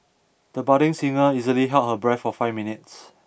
the budding singer easily held her breath for five minutes